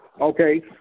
Okay